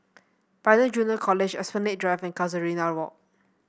Pioneer Junior College Esplanade Drive and Casuarina Walk